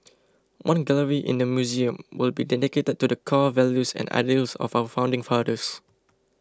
one gallery in the Museum will be dedicated to the core values and ideals of our founding fathers